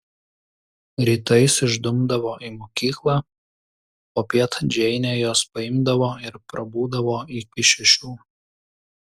rytais išdumdavo į mokyklą popiet džeinė juos paimdavo ir prabūdavo iki šešių